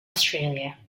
australia